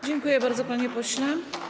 Dziękuję bardzo, panie pośle.